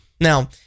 Now